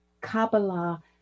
Kabbalah